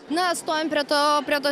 na stojam prie to prie to